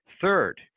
Third